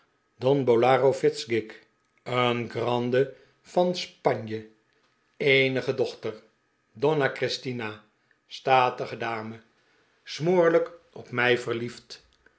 don bolaro fizzgig een grande van spanje eenige dochter donna christina statige dame smoorlijk op mij verliefd